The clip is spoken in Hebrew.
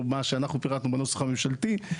או מה שאנחנו פירטנו בנוסח הממשלתי,